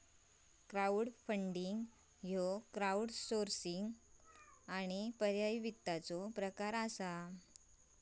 crowdfunding ह्यो crowdsourcing आणि पर्यायी वित्ताचो प्रकार असा